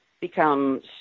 become